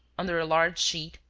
under a large sheet,